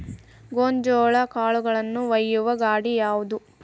ಗೋಂಜಾಳ ಕಾಳುಗಳನ್ನು ಒಯ್ಯುವ ಗಾಡಿ ಯಾವದು?